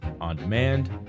on-demand